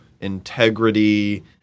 integrity